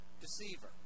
Deceiver